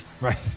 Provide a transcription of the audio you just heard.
Right